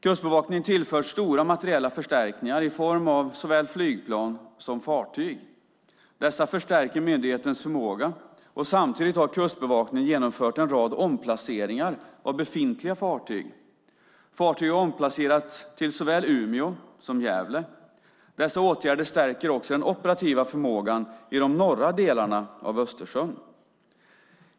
Kustbevakningen tillförs stora materiella förstärkningar i form av såväl flygplan som fartyg. Dessa förstärker myndighetens förmåga, och samtidigt har Kustbevakningen genomfört en rad omplaceringar av befintliga fartyg. Fartyg har omplacerats till såväl Umeå som Gävle. Dessa åtgärder stärker också den operativa förmågan i de norra delarna av Östersjön.